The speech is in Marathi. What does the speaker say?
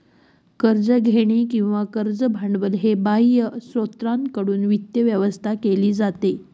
कर्ज घेणे किंवा कर्ज भांडवल हे बाह्य स्त्रोतांकडून वित्त व्यवस्था केली जाते